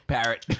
Parrot